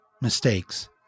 mistakes